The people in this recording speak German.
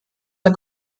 der